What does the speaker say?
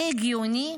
זה הגיוני?